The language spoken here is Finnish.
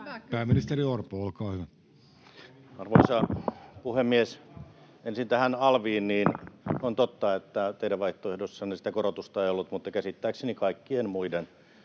Time: 16:46 Content: Arvoisa puhemies! Ensin tähän alviin: On totta, että teidän vaihtoehdossanne sitä korotusta ei ollut, mutta käsittääkseni kaikki muut